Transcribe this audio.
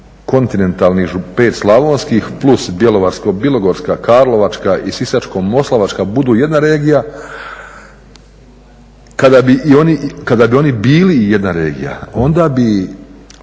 kontinentalnih, 5 slavonskih plus Bjelovarsko-bilogorska, Karlovačka i Sisačko-moslavačka budu jedna regija. Kada bi oni bili i jedna regija onda bi